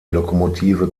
lokomotive